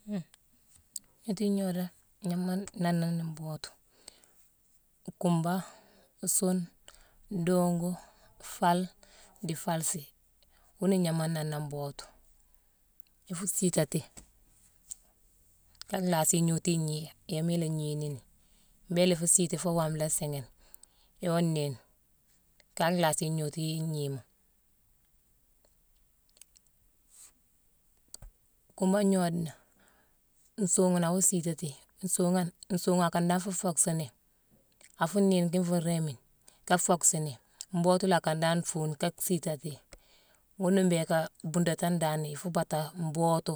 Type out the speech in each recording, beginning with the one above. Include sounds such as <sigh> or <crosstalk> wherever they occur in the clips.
<noise> Gnootu gnoodane ignama noona ni mbootu: kumba, suuna, nduugu, faale, di faalesi, wuuna ignama nooné mbootu. Ifu siitati <noise> ka lhaasi ignootu ignii, gnééma ila gnii nini. Mbééla ifu siiti foo waama nlhaa siighine iwaa nééyine. Ka lhaasi gnootu ignima. Kumba ngnoodena, nsuughune, awaa siitati, nsuughune- nsuughune akan dan fu focksini. Afu nééyine kine fu réémigne, ka focksini. Mbootu la akan dan fuune ka siitati. Ghuna mbhiiké buudatone dan ifu baata mbootu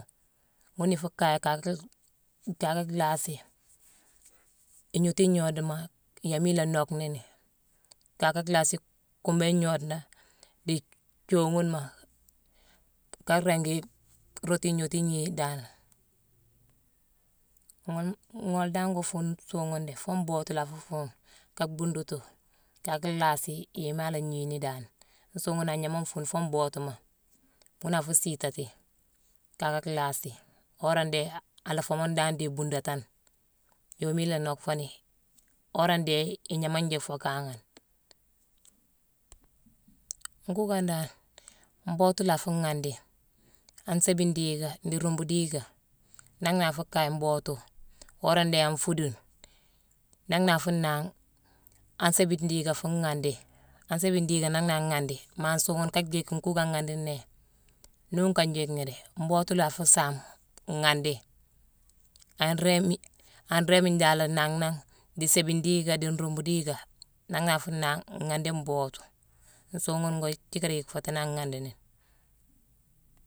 ghuna ifu kaye kaaka kaaka lhaasi ignootu ignoodema gnééma ila nock nini. Kaaka lhaasi kumbééne ngnoodena, dii thiooghunema ka ringi rootu ignootu ignima danane. Ghune ngoole dan waa nfuune nsuughune dé, foo mbootu la afu fuune kaa bhuundutu, kaaka lhassi yééma a la gni ni dan. Nsuughune agnama nfuune foo mbootuma ghuna afu siitati kaaka lhaasi. Wora ndhéé a la foomane dan di buundutone. Yoomi ila nock fo ni. Wora ndéé, ignaama jick fo kanghane. Nkuuka dan, mbootu la afu ghandi. An séébigne diika, dii rumbu diika. Nangh na afu kaye mbootu, wora ndéé an fuudune. Nangh na afu naagh an séébigne diika fuu ghandi an séébigne diika nangh na aghandi. Maa nsuughune ka jiick nkuuka ghandi néé, nuuka njiickghi dé. Mbootu la afu saame ghandi an réémigne- an réémigne dan, ala nangh nangh, dii séébigne diika, dii rumu diika nangh na afu naagh ghandi mbootu. Nsuughune ngo jiické di yick fo tinja aghandi nini.